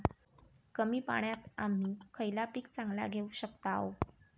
कमी पाण्यात आम्ही खयला पीक चांगला घेव शकताव?